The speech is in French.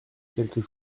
quelques